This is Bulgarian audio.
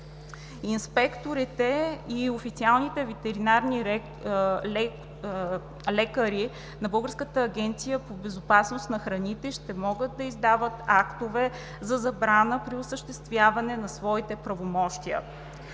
Инспекторите и официалните ветеринарни лекари от Българската агенция по безопасност на храните ще могат да издават актове за забрана при осъществяване на своите правомощия.